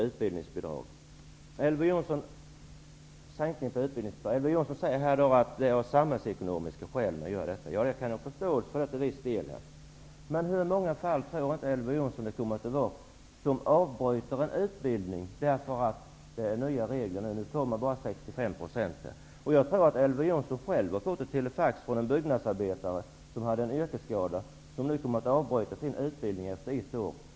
Men tror inte Elver Jonsson att människor i många fall kommer att avbryta en utbildning därför att det nu är nya regler och man bara får 65 % i ersättning? Jag tror att Elver Jonsson själv har fått ett telefax från en byggnadsarbetare som hade en yrkesskada. Han kommer nu att avbryta sin utbildning efter ett år.